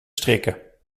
strikken